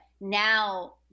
now